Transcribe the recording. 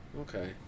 Okay